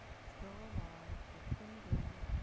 still alive, but fading,